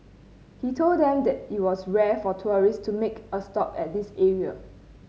he told them that it was rare for tourists to make a stop at this area